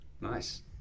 Nice